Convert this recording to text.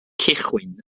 cychwyn